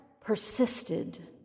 persisted